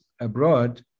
abroad